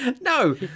No